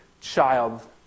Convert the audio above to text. child